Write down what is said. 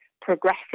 progressive